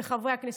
וחברי הכנסת,